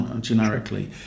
generically